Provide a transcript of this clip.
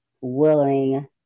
willing